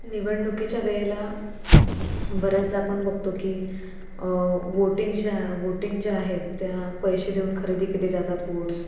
निवडणुकीच्या वेळेला बऱ्याचदा आपण बघतो की वोटिंग ज्या वोटिंग ज्या आहेत त्या पैसे देऊन खरेदी केली जातात वोट्स